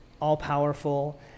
all-powerful